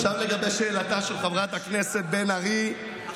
עכשיו לגבי שאלתה של חברת הכנסת בן ארי, אחת.